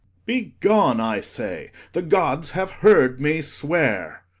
be gone, i say. the gods have heard me swear.